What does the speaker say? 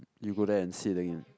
you go there and sit again